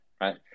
right